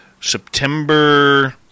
September